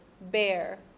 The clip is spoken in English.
bear